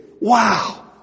Wow